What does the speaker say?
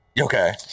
okay